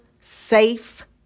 safe